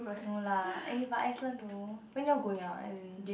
no lah eh but Iceland though when you all going ah as in